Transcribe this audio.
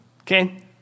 Okay